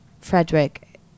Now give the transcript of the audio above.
Frederick